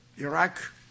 Iraq